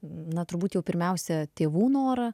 na turbūt jau pirmiausia tėvų norą